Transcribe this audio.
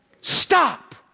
stop